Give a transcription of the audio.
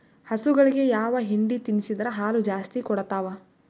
ಹಸುಗಳಿಗೆ ಯಾವ ಹಿಂಡಿ ತಿನ್ಸಿದರ ಹಾಲು ಜಾಸ್ತಿ ಕೊಡತಾವಾ?